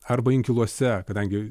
arba inkiluose kadangi